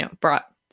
brought